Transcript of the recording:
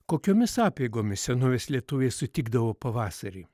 kokiomis apeigomis senovės lietuviai sutikdavo pavasarį